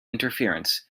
interference